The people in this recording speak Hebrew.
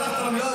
לא,